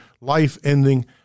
life-ending